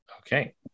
Okay